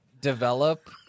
develop